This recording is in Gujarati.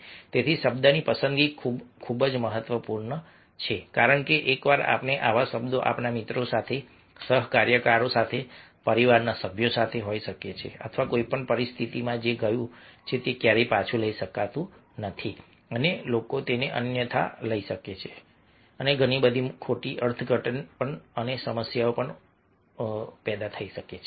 તેથી શબ્દની પસંદગી ખૂબ ખૂબ જ મહત્વપૂર્ણ છે કારણ કે એકવાર આપણે આવા શબ્દો આપણા મિત્રો સાથે સહકાર્યકરો સાથે પરિવારના સભ્યો સાથે હોઈ શકે છે અથવા કોઈપણ પરિસ્થિતિમાં જે ગયું છે તે ક્યારેય પાછું લઈ શકાતું નથી અને લોકો તેને અન્યથા લઈ શકે છે અને ઘણી બધી ખોટી અર્થઘટન અને સમસ્યાઓ છે